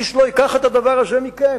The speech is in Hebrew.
איש לא ייקח את הדבר הזה מכם.